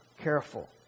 careful